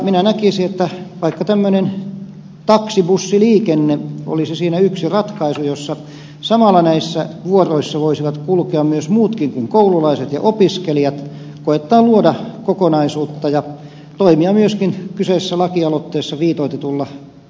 minä näkisin että vaikkapa tämmöinen taksibussiliikenne olisi siinä yksi ratkaisu samalla näissä vuoroissa voisivat kulkea myös muutkin kuin koululaiset ja opiskelijat koettaa luoda kokonaisuutta ja toimia myöskin kyseisessä lakialoitteessa viitoitetulla tavalla